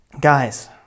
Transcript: Guys